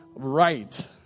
Right